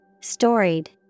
Storied